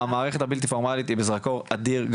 המערכת הבלתי פורמלית היא בזרקור אדיר,